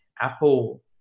Apple